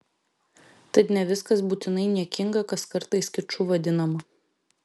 tad ne viskas būtinai niekinga kas kartais kiču vadinama